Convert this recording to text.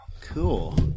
cool